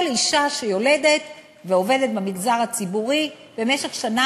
כל אישה שיולדת ועובדת במגזר הציבורי, במשך שנה